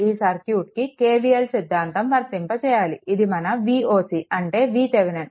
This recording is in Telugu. ఈ సర్క్యూట్కి KVL సిద్ధాంతం వర్తింపజేయాలి ఇది మన Voc అంటే VThevenin